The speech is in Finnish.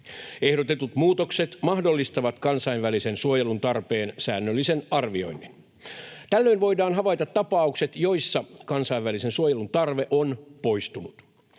Ehdotetut muutokset mahdollistavat kansainvälisen suojelun tarpeen säännöllisen arvioinnin. Tällöin voidaan havaita tapaukset, joissa kansainvälisen suojelun tarve on poistunut.